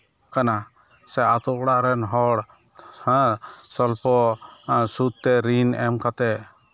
ᱠᱟᱱᱟ ᱥᱮ ᱟᱛᱳ ᱚᱲᱟᱜ ᱨᱮᱱ ᱦᱚᱲ ᱥᱞᱚᱯᱚ ᱥᱩᱫᱽᱛᱮ ᱨᱤᱱ ᱮᱢ ᱠᱟᱛᱮᱫ